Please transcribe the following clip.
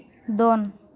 ᱫᱚᱱ